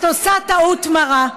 את עושה טעות מרה.